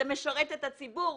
זה משרת את הציבור.